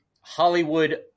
Hollywood